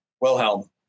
Wilhelm